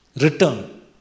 Return